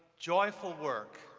joyful work,